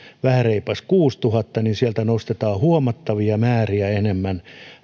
vähän reipas kuusituhatta niin sieltä nostetaan huomattavia määriä enemmän